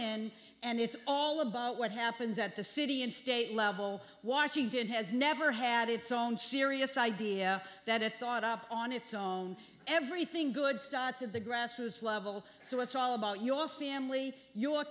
in and it's all about what happens at the city and state level watching did has never had its own serious idea that it thought up on its own everything good starts at the grassroots level so it's all about your family your